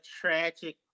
tragic